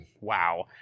wow